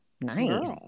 Nice